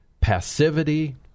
passivity